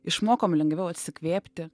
išmokom lengviau atsikvėpti